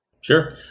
Sure